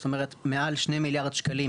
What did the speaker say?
זאת אומרת מעל שני מיליארד שקלים